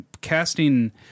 casting